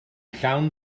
llawn